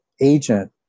agent